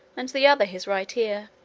and the other his right ear